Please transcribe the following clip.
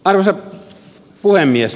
arvoisa puhemies